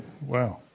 Wow